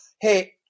hey –